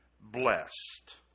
blessed